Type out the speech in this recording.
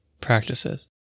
practices